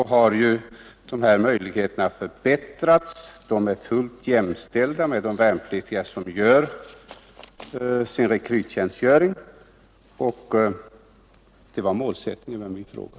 De värnpliktiga som gör repetitionsutbildning har i fråga om förmåner blivit fullt jämställda med de värnpliktiga som gör sin rekryttjänst. Och det var målsättningen med min fråga.